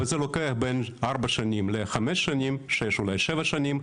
וזה לוקח בין ארבע שנים אולי שבע שנים,